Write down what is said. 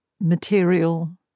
material